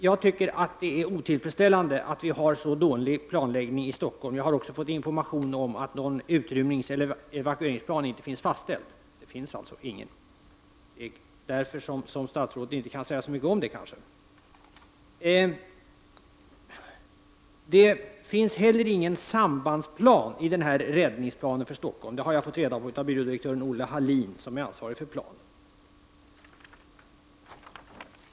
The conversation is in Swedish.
Jag anser att det är otillfredsställande att vi har en så dålig planläggning i Stockholm. Jag har också fått information om att någon utrymningseller evakueringsplan inte finns fastställd. Det finns alltså ingen. Det är kanske därför som statrådet inte kan säga så mycket om det. Det finns heller inte någon sambandsplan i denna räddningsplan för Stockholm. Det har jag fått reda på av byrådirektör Olle Hallin som är ansvarig för planen.